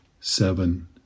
seven